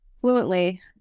fluently